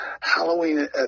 Halloween